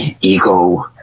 ego